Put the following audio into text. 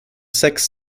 sex